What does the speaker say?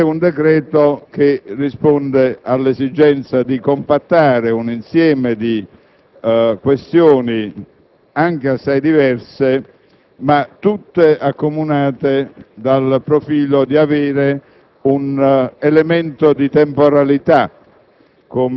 È un decreto che risponde all'esigenza di compattare un insieme di questioni, anche assai diverse, ma tutte accomunate dal profilo di avere un elemento di temporalità